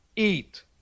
Eat